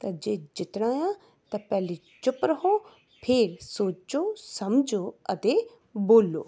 ਤਾਂ ਜੇ ਜਿੱਤਣਾ ਆ ਅਤੇ ਪਹਿਲਾਂ ਚੁੱਪ ਰਹੋ ਫਿਰ ਸੋਚੋ ਸਮਝੋ ਅਤੇ ਬੋਲੋ